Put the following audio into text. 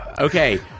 Okay